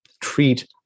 treat